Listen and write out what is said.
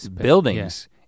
buildings